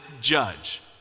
judge